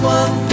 one